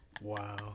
wow